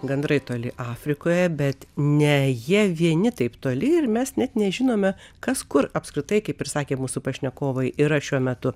gandrai toli afrikoje bet ne jie vieni taip toli ir mes net nežinome kas kur apskritai kaip ir sakė mūsų pašnekovai yra šiuo metu